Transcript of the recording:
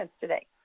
today